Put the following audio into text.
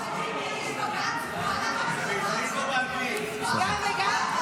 אחמד טיבי הגיש בג"ץ לפגוש את מרואן ברגותי בזמן המלחמה,